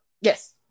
Yes